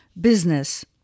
business